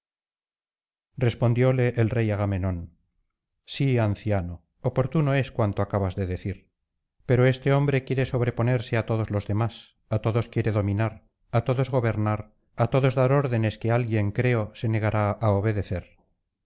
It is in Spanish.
respondióle el rey agamenón sí anciano oportuno es cuanto acabas de decir pero este hombre quiere sobreponerse á todos los demás á todos quiere dominar á todos gobernar á todos dar órdenes que alguien creo se negará á obedecer